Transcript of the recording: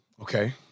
Okay